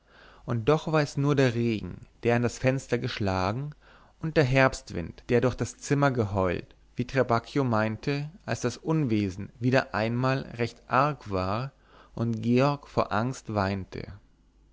und doch war es nur der regen der an das fenster geschlagen und der herbstwind der durch das zimmer geheult wie trabacchio meinte als das unwesen wieder einmal recht arg war und georg vor angst weinte